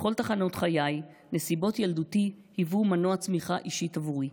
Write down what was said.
בכל תחנות חיי נסיבות ילדותי היוו מנוע צמיחה אישית עבורי.